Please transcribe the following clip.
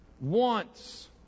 wants